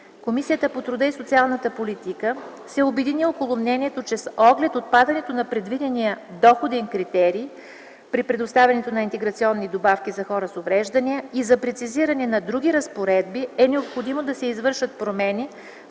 Комисията по труда и социалната политика се обедини около мнението, че с оглед отпадането на предвидения доходен критерий при предоставянето на интеграционни добавки за хора с увреждания и за прецизиране на други разпоредби е необходимо да се извършат промени